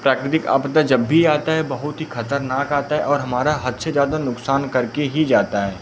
प्राकृतिक आपदा जब भी आती है बहुत ही ख़तरनाक आती है और हमारा हद से ज़्यादा नुक़सान करके ही जाती है